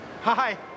Hi